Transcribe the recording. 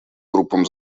группам